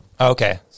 okay